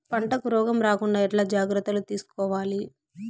పంటకు రోగం రాకుండా ఎట్లా జాగ్రత్తలు తీసుకోవాలి?